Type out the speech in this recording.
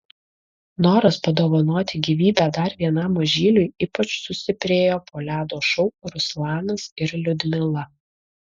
noras padovanoti gyvybę dar vienam mažyliui ypač sustiprėjo po ledo šou ruslanas ir liudmila